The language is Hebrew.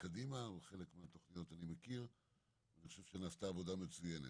חלק מהתכניות אני מכיר ואני חושב שנעשתה עבודה מצוינת.